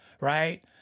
Right